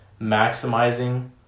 maximizing